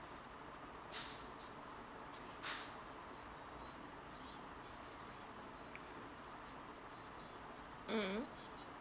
mmhmm